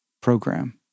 program